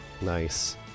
Nice